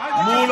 מול